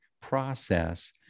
process